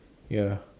ya